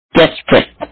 desperate